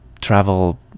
travel